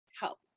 help